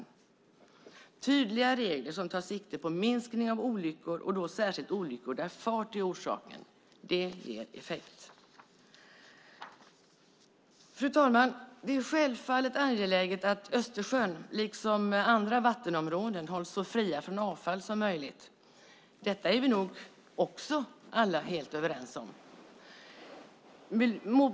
Det ska vara tydliga regler som tar sikte på minskning av olyckor, och då särskilt olyckor där fart är orsaken. Det ger effekt. Fru talman! Det är självfallet angeläget att Östersjön liksom andra vattenområden hålls så fria från avfall som möjligt. Detta är vi nog också alla helt överens om.